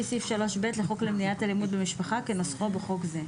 סעיף 3ב לחוק למניעת אלימות במשפחה כנוסחו בחוק זה,